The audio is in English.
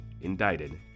Indicted